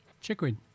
Chickweed